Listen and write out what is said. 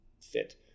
fit